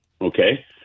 Okay